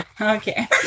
Okay